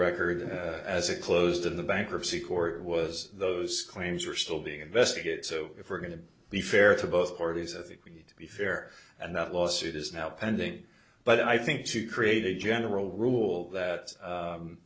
record as it closed in the bankruptcy court was those claims are still being investigated so if we're going to be fair to both parties i think we need to be fair and that lawsuit is now pending but i think to create a general rule